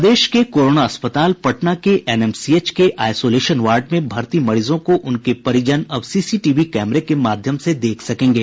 प्रदेश के कोरोना अस्पताल पटना के एनएमसीएच के आइसोलेशन वार्ड में भर्ती मरीजों को उनके परिजन अब सीसीटीवी कैमरे के माध्यम से देख सकेंगे